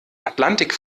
atlantik